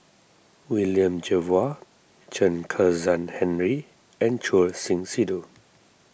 William Jervois Chen Kezhan Henri and Choor Singh Sidhu